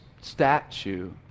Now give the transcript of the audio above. statue